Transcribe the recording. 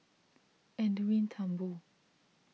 Edwin Thumboo